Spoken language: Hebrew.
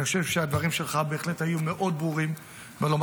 אני חושב שהדברים שלך בהחלט היו ברורים מאוד.